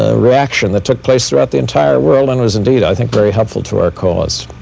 ah reaction that took place throughout the entire world and was indeed, i think, very helpful to our cause.